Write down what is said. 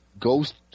ghost